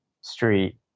street